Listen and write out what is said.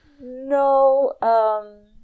No